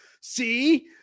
see